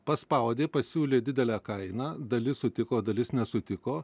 paspaudė pasiūlė didelę kainą dalis sutiko dalis nesutiko